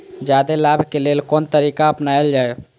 जादे लाभ के लेल कोन तरीका अपनायल जाय?